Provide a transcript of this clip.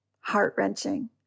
Heart-wrenching